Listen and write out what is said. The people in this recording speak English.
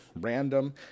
random